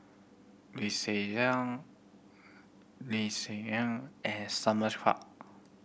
Lim Swee Ling Eng and Simon Chua